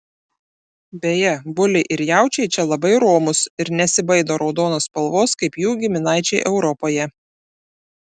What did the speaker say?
beje buliai ir jaučiai čia labai romūs ir nesibaido raudonos spalvos kaip jų giminaičiai europoje